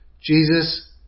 Jesus